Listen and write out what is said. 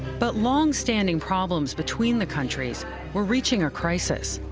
but long-standing problems between the countries were reaching a crisis.